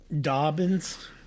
Dobbins